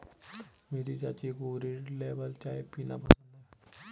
मेरी चाची को रेड लेबल चाय पीना पसंद है